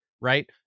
right